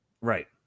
Right